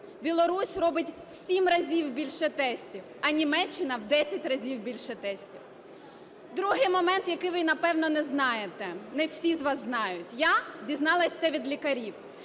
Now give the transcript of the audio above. Білорусь робить в сім разів більше тестів! А Німеччина в десять разів більше тестів. Другий момент, який ви напевно і не знаєте, не всі з вас знають, я дізналась це від лікарів.